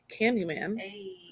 Candyman